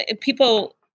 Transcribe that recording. people